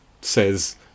says